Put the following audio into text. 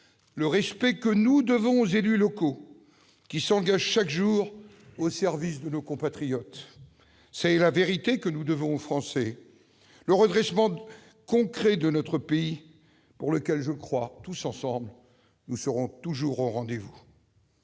le respect que nous devons aux élus locaux qui s'engagent chaque jour au service de nos compatriotes. C'est la vérité que nous devons aux Français, le redressement concret de notre pays, pour lequel, je le crois, nous serons toujours tous au rendez-vous.